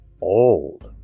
old